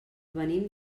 venim